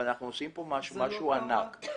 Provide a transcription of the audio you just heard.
אנחנו עושים פה משהו ענק.